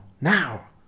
now